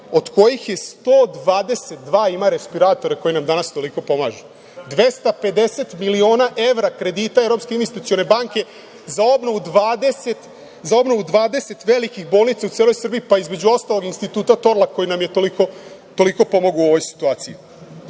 od kojih 122 ima respiratore koji nam danas toliko pomažu, 250 miliona evra kredita Evropske investicione banke za obnovu 20 velikih bolnica u celoj Srbiji, pa između ostalog i Instituta „Torlak“ koji nam je toliko pomogao u ovoj situaciji. Dakle,